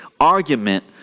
argument